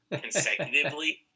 consecutively